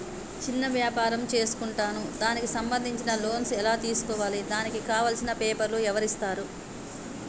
చిన్న వ్యాపారం చేసుకుంటాను దానికి సంబంధించిన లోన్స్ ఎలా తెలుసుకోవాలి దానికి కావాల్సిన పేపర్లు ఎవరిస్తారు?